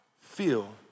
feel